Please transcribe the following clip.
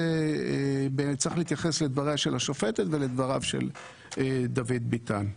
צריך להתייחס לדבריה של השופטת ולדבריו של דוד ביטן.